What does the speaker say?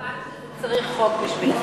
חבל שצריך חוק בשביל זה.